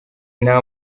nta